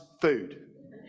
food